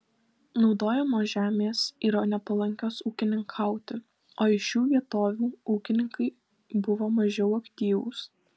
naudojamos žemės yra nepalankios ūkininkauti o iš šių vietovių ūkininkai buvo mažiau aktyvūs